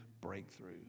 breakthrough